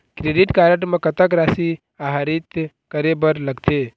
Credit card म कतक राशि आहरित करे बर लगथे?